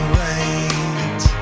right